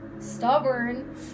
Stubborn